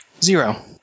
Zero